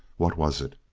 what was it?